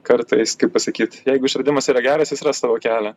kartais kaip pasakyt jeigu išradimas yra geras jis ras savo kelią